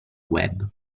web